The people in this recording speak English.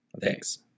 Thanks